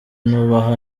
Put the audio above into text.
nubaha